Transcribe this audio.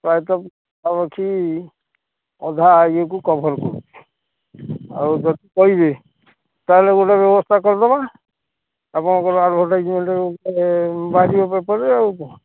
ପ୍ରାୟତଃ ପାଖାପାଖି ଅଧା ଇଏକୁ କଭର୍ କରୁଚି ଆଉ ଯଦି କହିବେ ତା'ହେଲେ ଗୋଟେ ବ୍ୟବସ୍ଥା କରିଦବା ଆପଣଙ୍କର ଆଡ଼ଭରଟାଇଜର୍ମେଣ୍ଟ ଗୋଟେ ବାହାରିବ ପେପର୍ରେ ଆଉ କ'ଣ